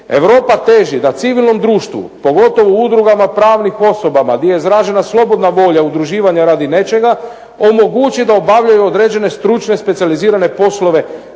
Europa teži da civilnom društvu pogotovo udrugama pravnih osoba gdje je izražena slobodna volja udruživanja radi nečega omogući da obavljaju stručne specijalizirane poslove